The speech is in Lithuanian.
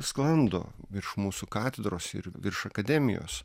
sklando virš mūsų katedros ir virš akademijos